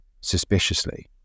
suspiciously